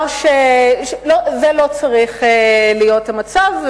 זה לא צריך להיות המצב,